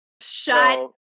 Shut